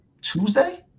Tuesday